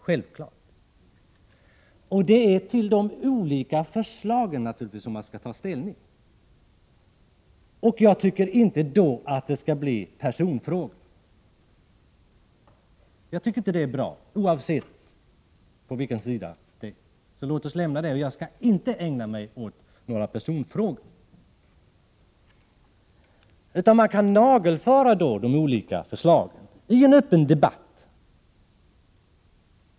Det är naturligtvis till de olika förslagen som man skall ta ställning. Jag tycker inte att det hela skall göras till personfrågor. Det är inte bra, oavsett vilken sida det gäller. I stället bör man nagelfara de olika förslagen i en öppen debatt.